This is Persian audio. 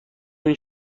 این